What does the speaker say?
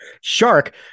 Shark